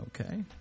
okay